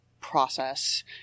process